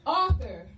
author